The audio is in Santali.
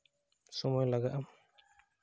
ᱥᱚᱢᱚᱭ ᱞᱟᱜᱟᱜᱼᱟ